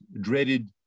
dreaded